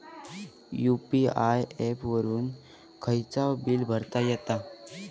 UPI app वापरून खायचाव bill भरता येता